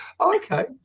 Okay